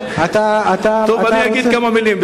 טוב, אני אגיד כמה מלים.